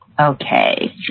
Okay